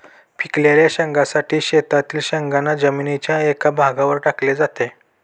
पिकलेल्या शेंगांसाठी शेतातील शेंगांना जमिनीच्या एका भागावर टाकले जाते